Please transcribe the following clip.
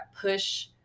push